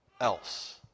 else